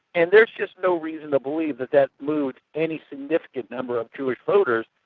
and there's just no reason to believe that that moved any significant number of jewish voters.